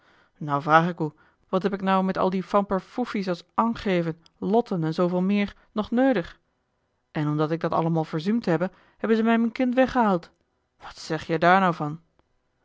now vraag ik oe wat heb ik now met al die famperfoefies als angêven lotten en zooveel meer nog neudig en omdat ik dat allemaol verzuumd hebbe hebben ze mij mien kind weggehaald wat zeg jij daar now van